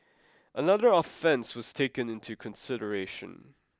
another offence was taken into consideration